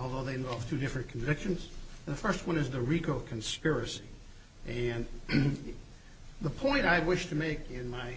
although they involve two different convictions the first one is the rico conspiracy and the point i wish to make in my